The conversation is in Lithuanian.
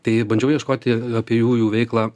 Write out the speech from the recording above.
tai bandžiau ieškoti apie jųjų veiklą